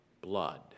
blood